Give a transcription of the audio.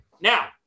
Now